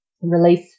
release